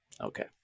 Okay